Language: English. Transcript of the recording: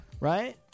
Right